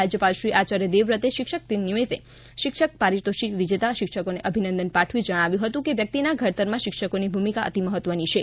રાજ્યપાલશ્રી આચાર્ય દેવવ્રતે શિક્ષક દિને શ્રેષ્ઠ શિક્ષક પારિતોષિક વિજેતા શિક્ષકોને અભિનંદન પાઠવી જણાવ્યું હતું કે વ્યક્તિના ઘડતરમાં શિક્ષકોની ભૂમિકા અતિ મહત્ત્વની છે